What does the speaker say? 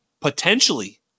potentially